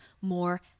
more